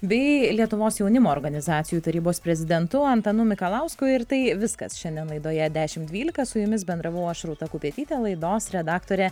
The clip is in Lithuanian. bei lietuvos jaunimo organizacijų tarybos prezidentu antanu mikalausku ir tai viskas šiandien laidoje dešim dvylika su jumis bendravau aš rūta kupetytė laidos redaktorė